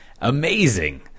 Amazing